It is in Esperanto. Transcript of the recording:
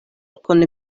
kun